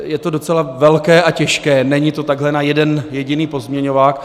Je to docela velké a těžké, není to takhle na jeden jediný pozměňovák.